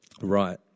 right